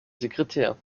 sekretär